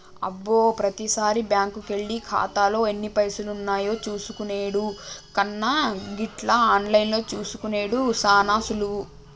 అబ్బో ప్రతిసారి బ్యాంకుకెళ్లి ఖాతాలో ఎన్ని పైసలున్నాయో చూసుకునెడు కన్నా గిట్ల ఆన్లైన్లో చూసుకునెడు సాన సులువు